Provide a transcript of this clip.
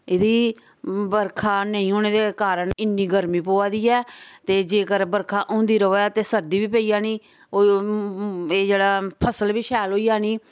एह्दी बर्खा नेईं होने दे कारण इन्नी गर्मी पौआ दी ऐ ते जेकर बर्खा होंदी रवै ते सर्दी बी पेई जानी एह् जेह्ड़ा फसल बी शैल होई जानी